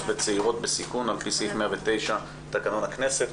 וצעירות בסיכון על פי סעיף 109 לתקנון הכנסת.